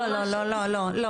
לא, לא, לא.